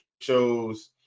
shows